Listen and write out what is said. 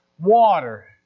water